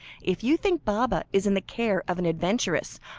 if you think baba is in the care of an adventuress,